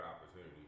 opportunity